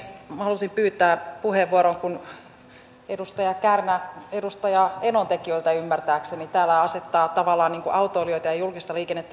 minä halusin pyytää vielä puheenvuoron kun edustaja kärnä edustaja enontekiöltä ymmärtääkseni täällä asettaa tavallaan autoilijoita ja julkista liikennettä vastakkain